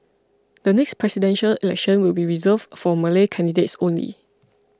the next Presidential Election will be reserved for Malay candidates only